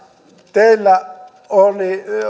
teillä